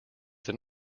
than